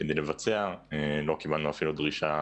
כדי לבצע, לא קיבלנו אפילו דרישה